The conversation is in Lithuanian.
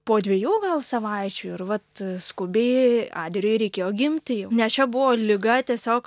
po dviejų gal savaičių ir vat skubiai adrijui reikėjo gimti jau nes čia buvo liga tiesiog